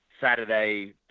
Saturday